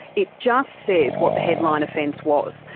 it just says what the headline offence was.